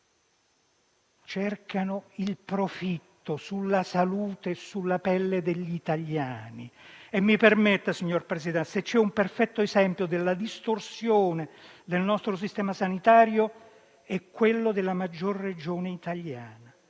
cercano il profitto sulla salute e sulla pelle degli italiani. Mi permetta di dire, signor Presidente, che, se c'è un perfetto esempio della distorsione del nostro sistema sanitario, è quello della maggiore Regione italiana.